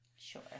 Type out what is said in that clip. Sure